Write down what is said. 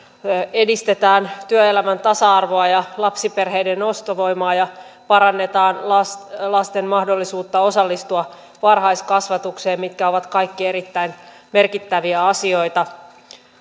edistetään työelämän tasa arvoa ja lapsiperheiden ostovoimaa ja parannetaan lasten lasten mahdollisuutta osallistua varhaiskasvatukseen mitkä ovat kaikki erittäin merkittäviä asioita